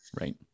Right